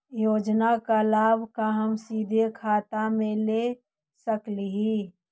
योजना का लाभ का हम सीधे खाता में ले सकली ही?